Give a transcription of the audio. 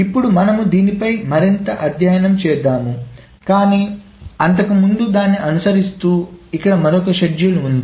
ఇప్పుడు మనము దీనిపై మరింత అధ్యయనం చేద్దాము కానీ అంతకు ముందు దానిని అనుసరిస్తూ ఇక్కడ మరొక షెడ్యూల్ ఉంది